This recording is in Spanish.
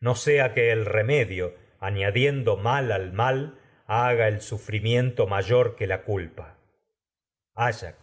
no sea que el remedio añadiendo mal haga el sufrimiento mayor que la culpa ayax